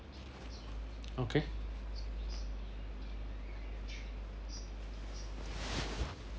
okay